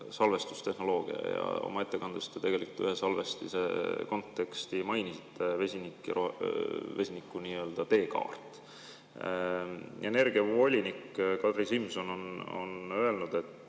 salvestustehnoloogia. Oma ettekandes te tegelikult ühte salvestuskonteksti mainisite, vesiniku nii-öelda teekaarti. Energiavolinik Kadri Simson on öelnud, et